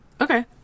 Okay